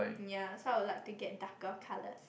ya so I would like to get darker colours